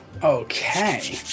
Okay